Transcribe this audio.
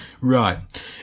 Right